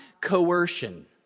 coercion